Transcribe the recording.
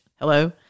Hello